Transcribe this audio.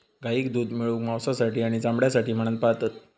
गाईक दूध मिळवूक, मांसासाठी आणि चामड्यासाठी म्हणान पाळतत